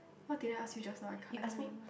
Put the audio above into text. what did I ask you just now I can't I don't know